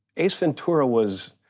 ace ventura was